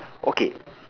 okay